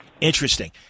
Interesting